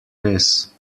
res